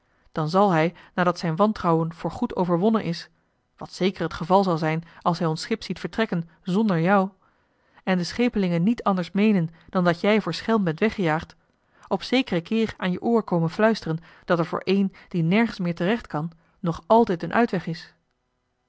dan zal hij nadat zijn wantrouwen voor goed overwonnen is wat zéker het geval zal zijn als hij ons schip ziet vertrekken zonder jou en de schepelingen niet anders meenen dan dat jij voor schelm bent weggejaagd op zekeren keer aan je oor komen fluisteren dat er voor één die nergens meer terecht kan nog altijd een uitweg is